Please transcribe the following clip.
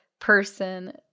person